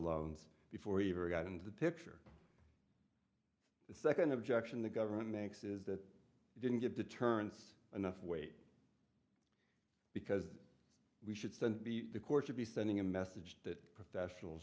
loans before he ever got into the picture the second objection the government makes is that he didn't get deterrence enough weight because we should send b the court to be sending a message that professionals